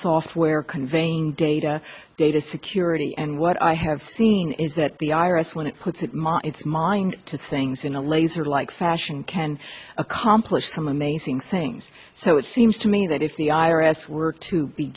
software conveying data data security and what i have seen is that the iris when it puts its mind to things in a laser like fashion can accomplish some amazing things so it seems to me that if the i r s work to be